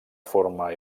forma